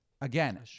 again